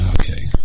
Okay